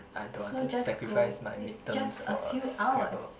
I don't want to sacrifice my mid terms for a Scrabble